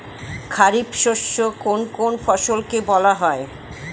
খারিফ শস্য কোন কোন ফসলকে বলা হয়?